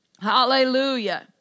Hallelujah